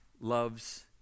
loves